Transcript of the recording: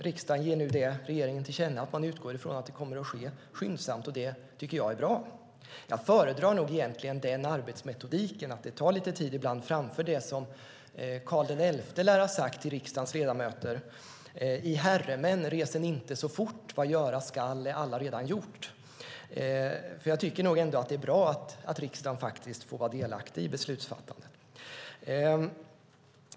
Riksdagen ger nu regeringen till känna att man utgår från att det kommer att ske skyndsamt, och det tycker jag är bra. Jag föredrar nog egentligen att det tar lite tid ibland framför det som Karl XI lär ha sagt till riksdagens ledamöter: Vad göras skall är allaredan gjort. I herredagsmän, reser icke så fort! Jag tycker nog ändå att det är bra att riksdagen faktiskt får vara aktiv i beslutsfattandet.